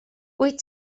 wyt